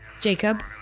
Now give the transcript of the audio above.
Jacob